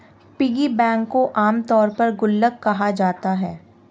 piggy bank को आमतौर पर गुल्लक कहा जाता है